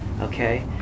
okay